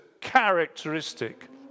characteristic